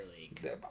League